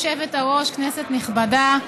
גברתי היושבת-ראש, כנסת נכבדה,